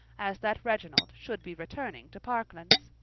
as that reginald should be returning to parklands.